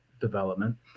development